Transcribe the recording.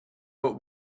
but